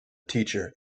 teacher